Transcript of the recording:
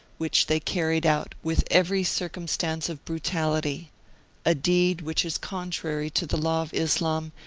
which they carried out with every circumstance of brutality a deed which is contrary to the law of islam,